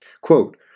Quote